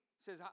says